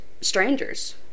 strangers